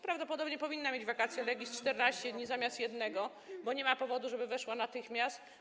Prawdopodobnie powinna mieć vacatio legis 14 dni zamiast 1 dnia, bo nie ma powodu, żeby weszła natychmiast.